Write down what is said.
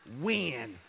win